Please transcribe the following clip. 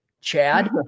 Chad